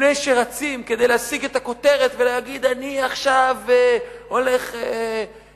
לפני שרצים כדי להשיג את הכותרת ולהגיד: אני עכשיו הולך לסגור